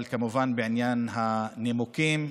אבל בעניין הנימוקים,